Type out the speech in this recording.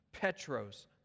Petros